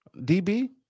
DB